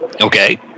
Okay